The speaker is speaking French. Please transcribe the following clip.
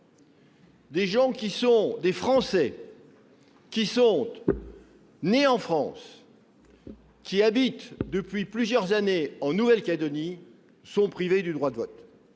des Français nés en France et habitant depuis plusieurs années en Nouvelle-Calédonie sont privés du droit de vote.